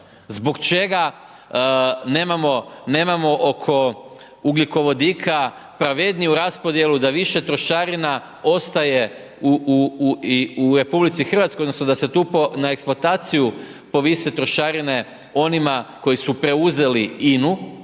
Zbog čega nemamo oko ugljikovodika pravedniju raspodjelu, da više trošarina ostaje u RH, onda, da se tu na eksploataciju povise trošarine, onima koji su preuzeli INA-u,